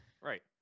Right